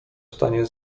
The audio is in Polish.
stanie